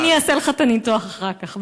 אני אעשה לך את הניתוח אחר כך.